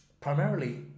Primarily